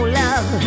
love